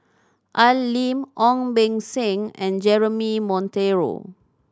Al Lim Ong Beng Seng and Jeremy Monteiro